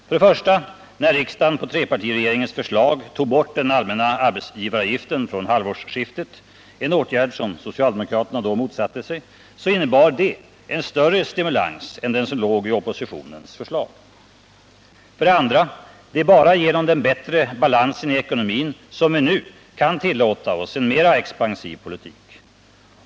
För det första: när riksdagen på trepartiregeringens förslag tog bort den allmänna arbetsgivaravgiften — en åtgärd som socialdemokraterna då motsatte sig — innebar det en större stimulans än den som låg i oppositionens förslag. För det andra: det är bara genom den bättre balansen i ekonomin som vi nu kan tillåta oss en mera expansiv politik.